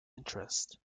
interest